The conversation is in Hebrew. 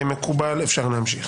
מקובל, אפשר להמשיך.